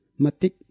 matik